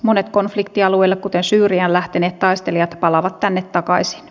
monet konfliktialueille kuten syyriaan lähteneet taistelijat palaavat tänne takaisin